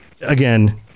again